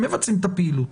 הם מבצעים את הפעילות.